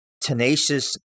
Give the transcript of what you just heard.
tenacious